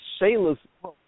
Shayla's